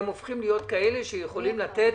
הם הופכים להיות כאלה שיכולים לתת